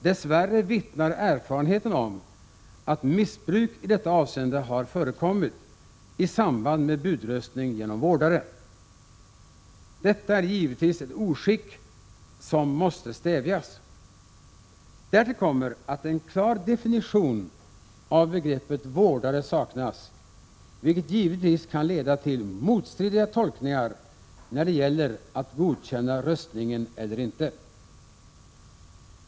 Dess värre vittnar erfarenheten om att missbruk i detta avseende har förekommit i samband med budröstning genom vårdare. Detta är givetvis ett oskick som måste stävjas. Därtill kommer att en klar definition av begreppet vårdare saknas, vilket givetvis kan leda till motstridiga tolkningar huruvida röstningen kan godkännas eller inte.